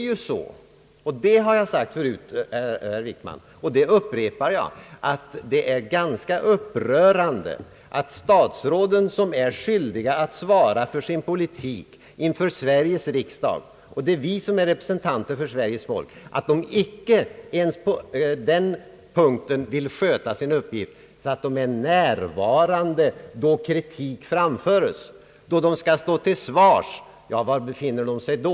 Jag har sagt det förut, och jag upprepar det, att det är upprörande att statsråd som är skyldiga att svara för sin politik inför Sveriges riksdag — det är vi som är representanter för Sveriges folk — icke ens på den punkten vill sköta sin uppgift, nämligen att vara närvarande då kritik framföres, då de skall stå till svars. Var befinner de sig då?